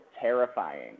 terrifying